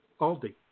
Aldi